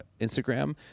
Instagram